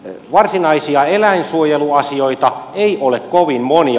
varsinaisia eläinsuojeluasioita ei ole kovin monia